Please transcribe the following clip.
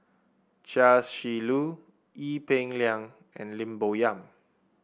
Chia Shi Lu Ee Peng Liang and Lim Bo Yam